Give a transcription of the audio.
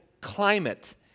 climate